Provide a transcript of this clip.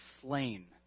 slain